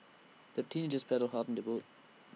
the teenagers paddled hard on their boat